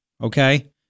Okay